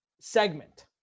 segment